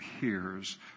hears